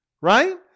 right